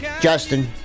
Justin